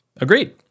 Agreed